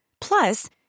Plus